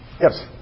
Yes